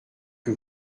que